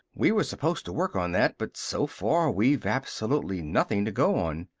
we were supposed to work on that but so far we've absolutely nothing to go on!